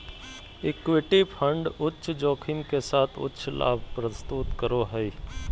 equity fund उच्च जोखिम के साथ उच्च लाभ प्रस्तुत करो हइ